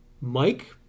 Mike